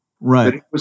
right